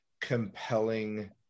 compelling